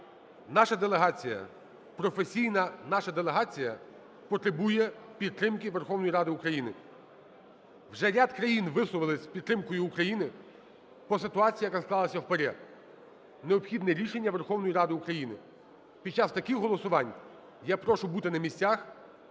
наша делегація, професійна наша делегація потребує підтримки Верховної Ради України. Вже ряд країн висловилися з підтримкою України по ситуації, яка склалася в ПАРЄ. Необхідно рішення Верховної Ради України. Під час таких голосувань я прошу бути на місцях